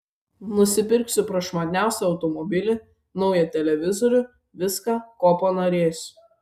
nusipirksiu prašmatniausią automobilį naują televizorių viską ko panorėsiu